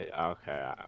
Okay